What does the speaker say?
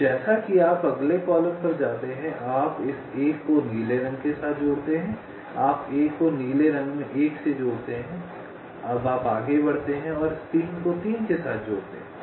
इसलिए जैसा कि आप अगले कॉलम पर जाते हैं आप इस 1 को नीले रंग के साथ जोड़ते हैं आप 1 को नीले रंग में 1 से जोड़ते हैं आप आप आगे बढ़ते हैं और इस 3 को 3 के साथ जोड़ते हैं